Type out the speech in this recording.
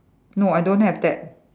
no I don't have that